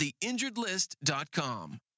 theinjuredlist.com